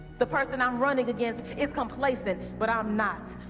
the person i'm running against is complacent, but i'm not.